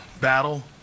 battle